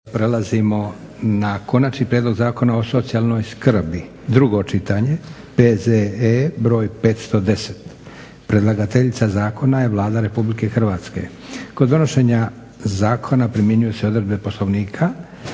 prelazimo na - Konačni prijedlog Zakona o socijalnoj skrbi, drugo čitanje. P.Z.E. br. 510 Predlagateljica zakona je Vlada RH. Kod donošenja zakona primjenjuju se odredbe poslovnika